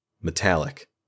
Metallic